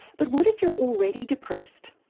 but what if you are already depressed?